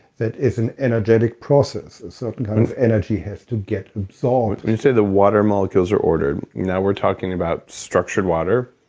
that is an energetic process, a certain kind of energy has to get so and you say the water molecules are ordered, now we're talking about structured water,